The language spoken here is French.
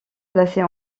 placée